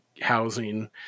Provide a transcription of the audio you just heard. housing